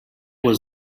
was